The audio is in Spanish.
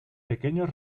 pequeños